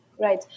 Right